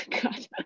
God